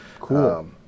Cool